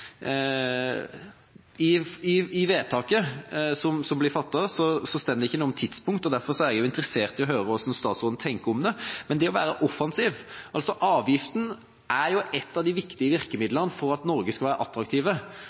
I vedtaket som blir fattet, står det ikke noe om tidspunkt, derfor er jeg interessert i å høre hva statsråden tenker om det. Avgiften er ett av de viktige virkemidlene for at Norge skal være